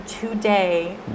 today